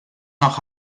nach